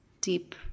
deep